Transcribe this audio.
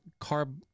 carb